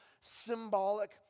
symbolic